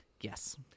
Yes